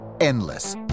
endless